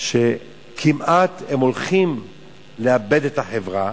שכמעט הולכים לאבד את החברה,